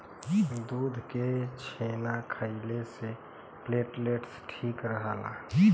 दूध के छेना खइले से प्लेटलेट ठीक रहला